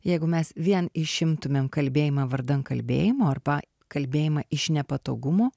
jeigu mes vien išimtumėm kalbėjimą vardan kalbėjimo arba kalbėjimą iš nepatogumo